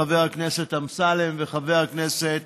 חבר הכנסת אמסלם וחבר הכנסת